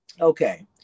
Okay